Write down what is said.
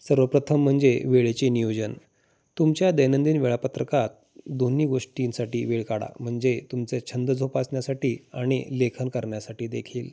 सर्वप्रथम म्हणजे वेळेचे नियोजन तुमच्या दैनंदिन वेळापत्रकात दोन्ही गोष्टींसाठी वेळ काढा म्हणजे तुमचं छंद जोपासण्यासाठी आणि लेखन करण्यासाठी देखील